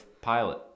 pilot